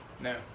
no